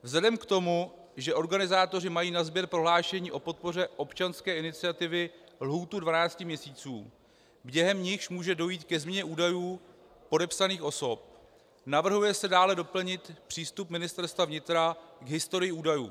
Vzhledem k tomu, že organizátoři mají na sběr prohlášení o podpoře občanské iniciativy lhůtu 12 měsíců, během nichž může dojít ke změně údajů podepsaných osob, navrhuje se dále doplnit přístup Ministerstva vnitra k historii údajů.